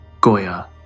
Goya